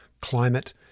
climate